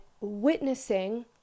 witnessing